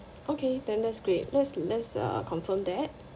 okay then that's great let's let's uh confirm that